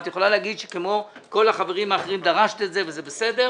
את יכולה להגיד שכמו כל החברים האחרים דרשת את זה וזה בסדר.